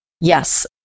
Yes